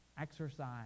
exercise